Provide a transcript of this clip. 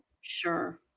Sure